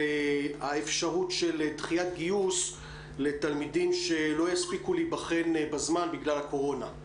האפשרות של דחיית גיוס לתלמידים שלא יספיקו להיבחן בזמן בגלל הקורונה.